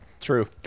true